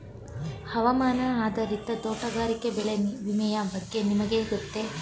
ಹವಾಮಾನ ಆಧಾರಿತ ತೋಟಗಾರಿಕೆ ಬೆಳೆ ವಿಮೆಯ ಬಗ್ಗೆ ನಿಮಗೆ ಗೊತ್ತೇ?